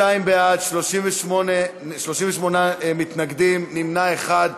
32 בעד, 38 מתנגדים, נמנע אחד.